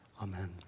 Amen